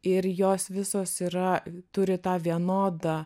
ir jos visos yra turi tą vienodą